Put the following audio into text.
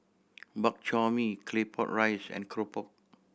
Bak Chor Mee Claypot Rice and keropok